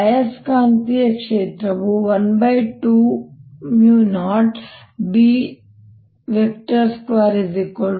ಆಯಸ್ಕಾಂತೀಯ ಕ್ಷೇತ್ರವು 120B2120B02k